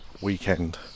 weekend